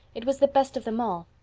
it was the best of them all.